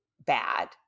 bad